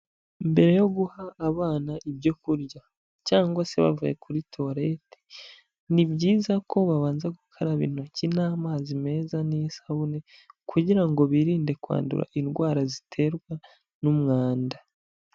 Mbere yo guha abana ibyo kurya cyangwa se bavuye kuri tuwarete, ni byiza ko babanza gukaraba intoki n'amazi meza n'isabune kugira ngo birinde kwandura indwara ziterwa n'umwanda.